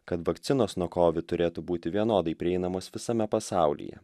kad vakcinos nuo kovid turėtų būti vienodai prieinamos visame pasaulyje